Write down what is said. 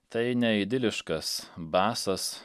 tai ne idiliškas basas